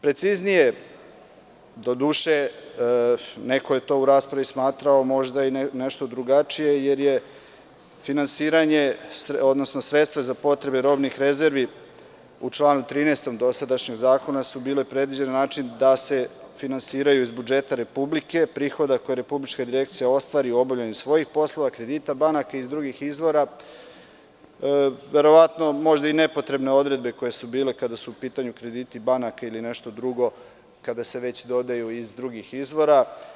Preciznije, neko je to u raspravi smatrao možda i nešto drugačije, jer finansiranja, odnosno sredstva za potrebe robnih rezervi u članu 13. dosadašnjeg zakona su bila predviđena na način da se finansiraju iz budžeta Republike Srbije, prihoda koje Republička direkcija ostvari u obavljanju svojih poslova, kredita banaka i iz drugih izvora, verovatno možda i nepotrebne odredbe koje su bile kada su u pitanju krediti banaka ili nešto drugo kada se već dodaju iz drugih izvora.